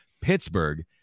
pittsburgh